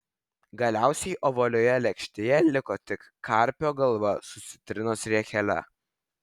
galiausiai ovalioje lėkštėje liko tik karpio galva su citrinos riekele